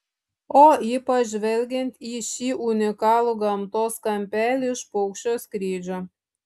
o ypač žvelgiant į šį unikalų gamtos kampelį iš paukščio skrydžio